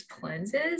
cleanses